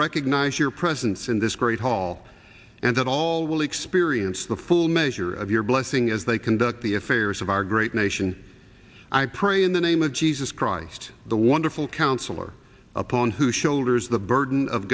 recognize your presence in this great hall and that all will experience the full measure of your blessing as they conduct the affairs of our great nation i pray in the name of jesus christ the wonderful counselor upon whose shoulders the burden of